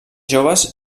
joves